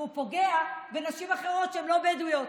כי הוא פוגע בנשים אחרות שהן לא בדואיות.